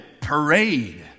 parade